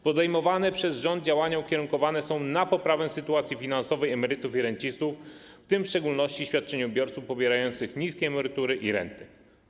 Podejmowane przez rząd działania ukierunkowane są na poprawę sytuacji finansowej emerytów i rencistów, w tym w szczególności świadczeniobiorców pobierających niskie emerytury i renty˝